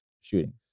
shootings